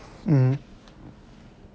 mm